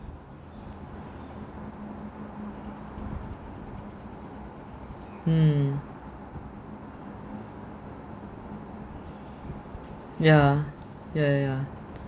mm yeah ya ya ya